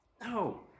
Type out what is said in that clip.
No